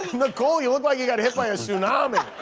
nicole, you look like you got hit by a tsunami.